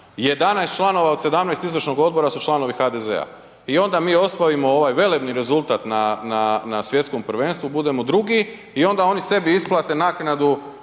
11 članova od 17 izvršnog odbora su članovi HDZ-a. I onda mi osvojimo ovaj velebni rezultata na Svjetskom prvenstvu, budemo drugi i onda oni sebi isplate naknadu